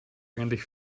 eigentlich